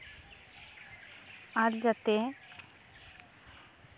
ᱟᱨ ᱡᱟᱛᱮ